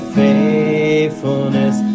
faithfulness